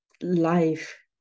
life